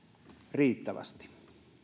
riittävästi